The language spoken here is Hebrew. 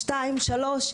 שתיים שלוש,